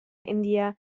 india